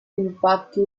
infatti